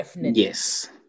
yes